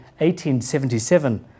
1877